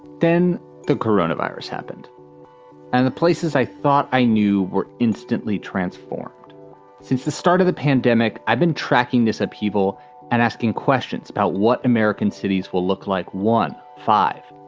then the corona virus happened and the places i thought i knew were instantly transformed since the start of the pandemic. i've been tracking this upheaval and asking questions about what american cities will look like one, five,